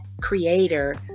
creator